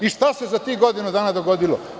I šta se za tih godinu dana dogodilo?